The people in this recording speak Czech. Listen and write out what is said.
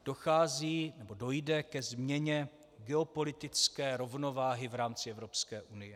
Dochází nebo dojde ke změně geopolitické rovnováhy v rámci Evropské unie.